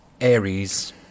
Aries